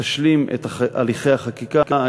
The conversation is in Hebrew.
ותשלים את הליכי החקיקה.